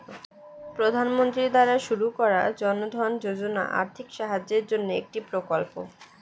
প্রধানমন্ত্রী দ্বারা শুরু করা জনধন যোজনা আর্থিক সাহায্যের জন্যে একটি প্রকল্প